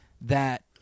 that-